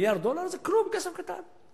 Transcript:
מיליארד דולר זה כלום, כסף קטן.